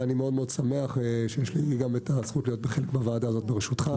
ואני מאוד-מאוד שמח שיש לי את הזכות להיות בוועדה הזו בראשותך.